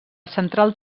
central